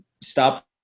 stop